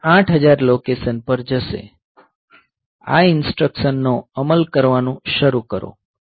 તે આ 8000 લોકેશન પર જશે આ ઈન્સ્ટ્રકશનનો અમલ કરવાનું શરૂ કરો